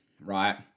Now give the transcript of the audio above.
right